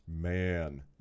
Man